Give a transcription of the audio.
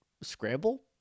Scramble